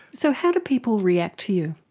so how do people react to you?